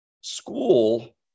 school